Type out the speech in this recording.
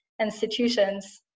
institutions